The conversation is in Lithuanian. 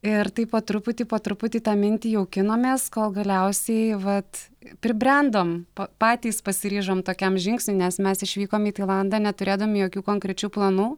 ir taip po truputį po truputį tą mintį jaukinomės kol galiausiai vat pribrendom patys pasiryžom tokiam žingsniui nes mes išvykom į tailandą neturėdami jokių konkrečių planų